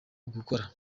ugukora